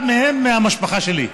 אחד מהם מהמשפחה שלי.